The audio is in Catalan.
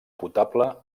potable